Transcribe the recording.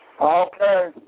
Okay